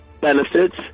benefits